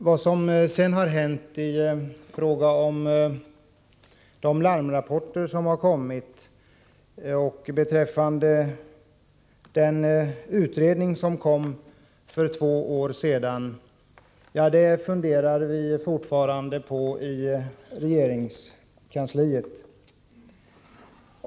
Vad som därefter har hänt, de larmrapporter som har kommit och den utredning som lades fram för två år sedan — ja, det funderar man fortfarande på i regeringskansliet.